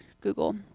Google